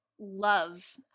love